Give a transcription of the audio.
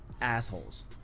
assholes